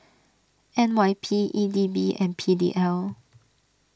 N Y P E D B and P D L